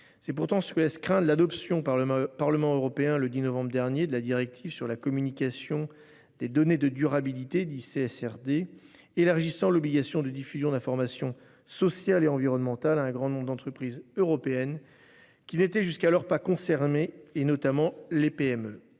C'est pourtant Suez craint de l'adoption par le Parlement européen le 10 novembre dernier de la directive sur la communication des données de durabilité 10 SRD élargissant l'obligation de diffusion d'informations, social et environnemental. Un grand nombre d'entreprises européennes. Qui n'était jusqu'alors pas concernés et notamment les PME.